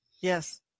Yes